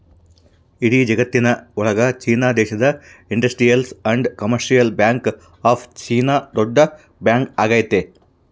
ಇಡೀ ಜಗತ್ತಿನ ಒಳಗ ಚೀನಾ ದೇಶದ industrial and commercial bank of China ದೊಡ್ಡ ಬ್ಯಾಂಕ್ ಆಗೈತೆ